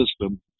system